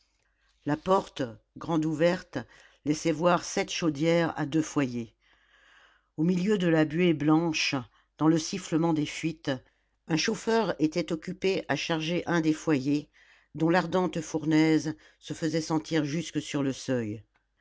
la porte grande ouverte laissait voir sept chaudières à deux foyers au milieu de la buée blanche dans le sifflement des fuites un chauffeur était occupé à charger un des foyers dont l'ardente fournaise se faisait sentir jusque sur le seuil